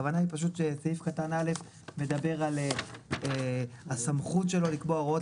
הכוונה היא שסעיף קטן (א) מדבר על הסמכות שלו לקבוע הוראות